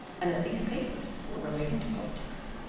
and that these papers were relating to politics.